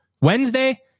Wednesday